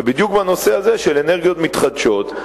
ובדיוק בנושא הזה של אנרגיות מתחדשות,